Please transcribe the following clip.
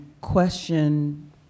question